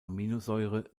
aminosäure